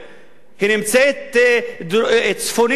הוא נמצא צפונית לרמלה